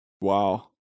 Wow